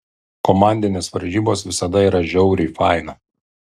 komandinės varžybos visada yra žiauriai faina